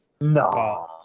No